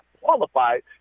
qualified